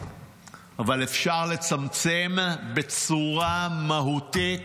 אבל אפשר לצמצם בצורה מהותית